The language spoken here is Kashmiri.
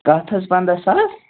کَتھ حظ پَنٛداہ ساس